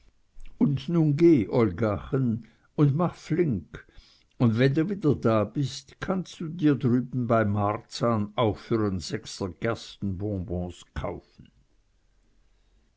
und nun geh olgachen un mach flink und wenn du wieder da bist kannst du dir drüben bei marzahn auch für n sechser gerstenbonbons kaufen